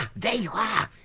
there you are!